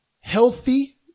healthy